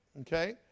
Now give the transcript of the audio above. okay